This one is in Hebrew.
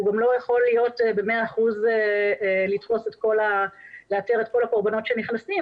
גם לא יכול במאה אחוז לאתר את כל הקורבנות שנכנסים.